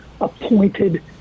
appointed